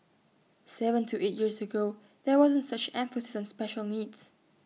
Seven to eight years ago there wasn't such emphasis on special needs